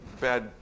bad